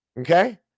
Okay